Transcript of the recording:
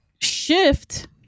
shift